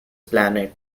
planet